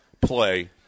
play